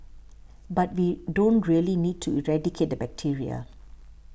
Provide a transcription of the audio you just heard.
but we don't really need to eradicate the bacteria